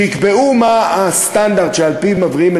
שיקבעו מה הסטנדרט שעל-פיו מבריאים את